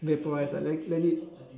vaporize let let it